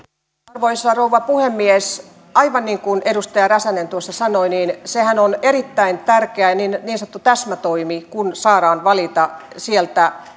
arvoisa rouva puhemies aivan niin kuin edustaja räsänen tuossa sanoi sehän on erittäin tärkeä niin sanottu täsmätoimi kun saadaan valita